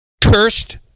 cursed